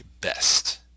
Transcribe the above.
best